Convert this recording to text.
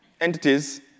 entities